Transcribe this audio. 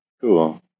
cool